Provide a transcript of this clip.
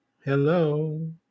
Hello